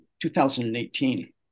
2018